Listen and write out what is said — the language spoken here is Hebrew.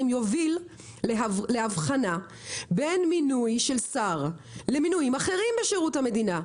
יוביל לאבחנה בין מינוי של שר למינויים אחרים בשירות המדינה,